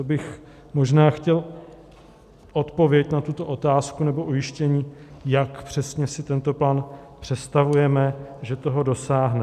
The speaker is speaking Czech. To bych možná chtěl odpověď na tuto otázku nebo ujištění, jak přesně si tento plán představujeme, že toho dosáhneme.